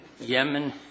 Yemen